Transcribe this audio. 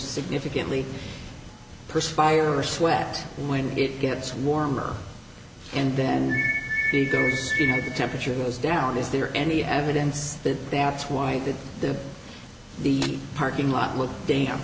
significantly perspire or sweat when it gets warmer and then the temperature goes down is there any evidence that that's why it did the parking lot with dam